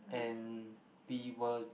and we were